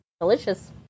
Delicious